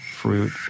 fruit